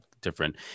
different